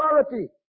authority